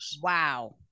Wow